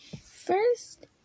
First